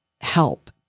help